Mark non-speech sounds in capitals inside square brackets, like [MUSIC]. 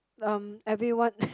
um everyone [LAUGHS]